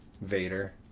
Vader